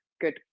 good